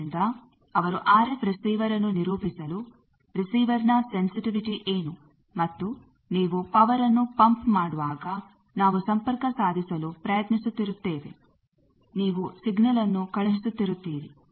ಆದ್ದರಿಂದ ಅವರು ಆರ್ಎಫ್ ರಿಸೀವರ್ಅನ್ನು ನಿರೂಪಿಸಲು ರಿಸೀವರ್ ನ ಸೆನ್ಸಿಟಿವಿಟಿ ಏನು ಮತ್ತು ನೀವು ಪವರ್ಅನ್ನು ಪಂಪ್ ಮಾಡುವಾಗ ನಾವು ಸಂಪರ್ಕ ಸಾಧಿಸಲು ಪ್ರಯತ್ನಿಸುತ್ತಿರುತ್ತೇವೆ ನೀವು ಸಿಗ್ನಲ್ ಅನ್ನು ಕಳುಹಿಸುತ್ತಿರುತ್ತೀರಿ